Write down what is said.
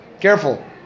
careful